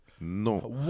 Non